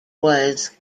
was